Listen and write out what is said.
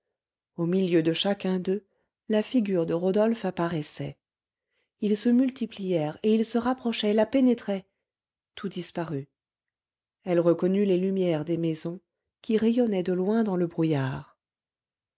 au milieu de chacun d'eux la figure de rodolphe apparaissait ils se multiplièrent et ils se rapprochaient la pénétraient tout disparut elle reconnut les lumières des maisons qui rayonnaient de loin dans le brouillard